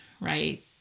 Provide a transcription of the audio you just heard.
right